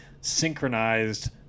synchronized